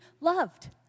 loved